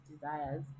desires